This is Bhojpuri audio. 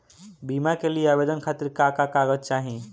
बीमा के लिए आवेदन खातिर का का कागज चाहि?